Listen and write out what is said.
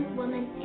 woman